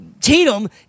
Tatum